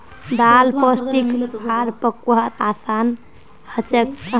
दाल पोष्टिक आर पकव्वार असान हछेक